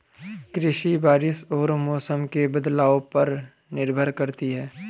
कृषि बारिश और मौसम के बदलाव पर निर्भर करती है